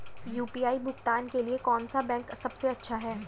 UPI भुगतान के लिए कौन सा बैंक सबसे अच्छा है?